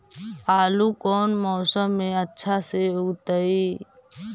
आलू कौन मौसम में अच्छा से लगतैई?